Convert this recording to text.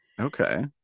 okay